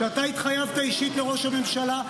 אתה התחייבת אישית לראש הממשלה,